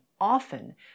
often